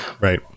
right